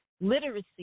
Literacy